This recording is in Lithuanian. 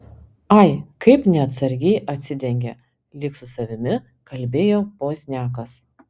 ai kaip neatsargiai atsidengė lyg su savimi kalbėjo pozniakas